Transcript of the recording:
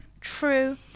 True